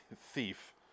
Thief